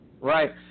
right